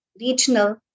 regional